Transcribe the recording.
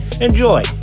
enjoy